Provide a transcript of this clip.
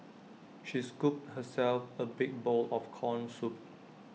she scooped herself A big bowl of Corn Soup